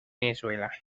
venezuela